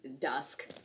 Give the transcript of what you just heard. dusk